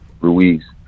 Ruiz